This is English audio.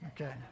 Okay